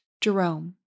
Jerome